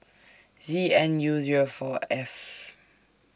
Z N U Zero four F